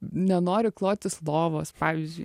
nenori klotis lovos pavyzdžiui